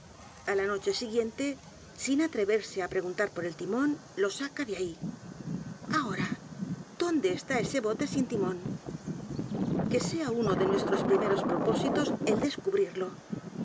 á la noche siguiente sin atreverse á preguntar por el timón lo saca de ahí ahora dónde esta ese bote sin t i m ó n que sea uno de nuestros primeros propósitos el descubrirlo